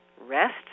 rest